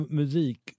musik